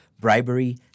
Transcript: bribery